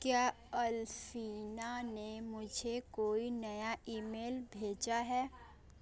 क्या अल्फिना ने मुझे कोई नया ईमेल भेजा है